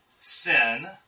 sin